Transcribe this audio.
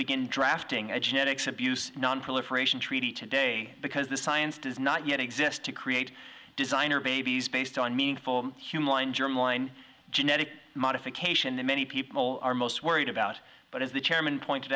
begin drafting a genetics abuse nonproliferation treaty today because the science does not yet exist to create designer babies based on meaningful human line germline genetic modification that many people are most worried about but as the chairman pointed